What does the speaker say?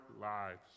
lives